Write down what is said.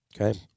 Okay